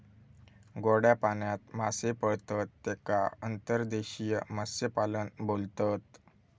गोड्या पाण्यात मासे पाळतत तेका अंतर्देशीय मत्स्यपालन बोलतत